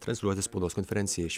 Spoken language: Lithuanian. transliuoti spaudos konferenciją iš